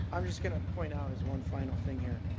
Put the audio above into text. i'm just going to point out is one final thing here.